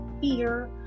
fear